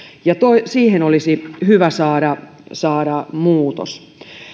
siihen olisi hyvä saada saada muutos